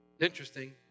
Interesting